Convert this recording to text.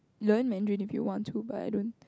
learn mandarin if you want to but I don't